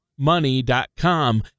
money.com